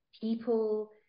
people